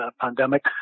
pandemic